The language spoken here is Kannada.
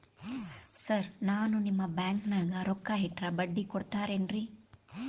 ಸರ್ ನಾನು ನಿಮ್ಮ ಬ್ಯಾಂಕನಾಗ ರೊಕ್ಕ ಇಟ್ಟರ ಬಡ್ಡಿ ಕೊಡತೇರೇನ್ರಿ?